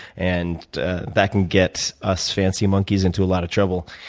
and that can get us fancy monkeys into a lot of trouble.